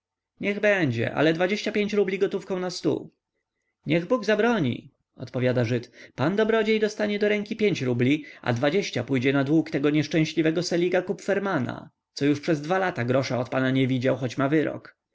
niech będzie ale dwadzieścia pięć rubli gotówką na stół niech bóg zabroni odpowiada żyd pan dobrodziej dostanie do ręki pięć rubli a dwadzieścia pójdzie na dług tego nieszczęśliwego seliga kupferman co już przez dwa lata grosza od pana nie widział choć ma wyrok